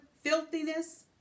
filthiness